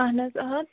اہن حظ آ